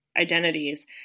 Identities